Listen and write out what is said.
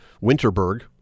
Winterberg